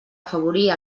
afavorir